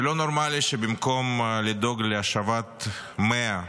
--- זה לא נורמלי שבמקום לדאוג להשבת 100,